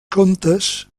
comtes